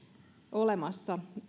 olemassa